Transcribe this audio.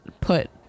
put